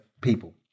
people